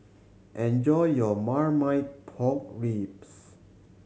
enjoy your Marmite Pork Ribs